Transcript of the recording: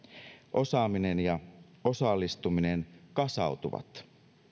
osaaminen ja osallistuminen kasautuvat